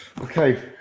okay